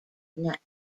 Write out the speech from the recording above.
network